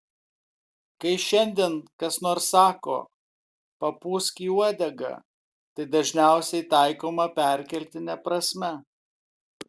kai šiandien kas nors sako papūsk į uodegą tai dažniausiai taikoma perkeltine prasme